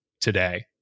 today